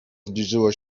zbliżyło